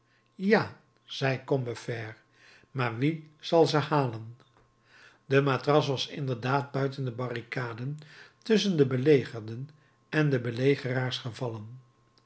ja zei combeferre maar wie zal ze halen de matras was inderdaad buiten de barricade tusschen de belegerden en de belegeraars gevallen